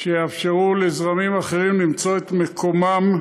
שיאפשרו לזרמים אחרים למצוא את מקומם,